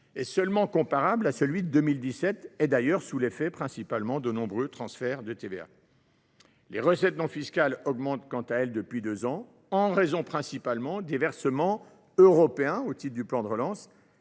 des recettes est comparable à celui de 2017, principalement d’ailleurs sous l’effet des nombreux transferts de TVA. Les recettes non fiscales augmentent, elles, depuis deux ans en raison principalement des versements européens au titre du plan de relance,